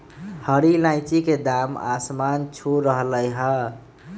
हरी इलायची के दाम आसमान छू रहलय हई